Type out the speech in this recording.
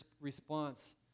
response